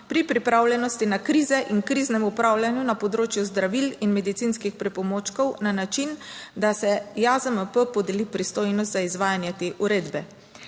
pri pripravljenosti na krize in kriznem upravljanju na področju zdravil in medicinskih pripomočkov na način, da se JAZMP podeli pristojnost za izvajanje te uredbe.